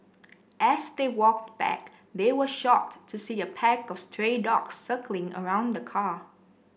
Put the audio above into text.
as they walked back they were shocked to see a pack of stray dogs circling around the car